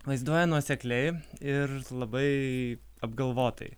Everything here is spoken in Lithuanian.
vaizduoja nuosekliai ir labai apgalvotai